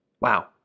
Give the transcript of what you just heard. Wow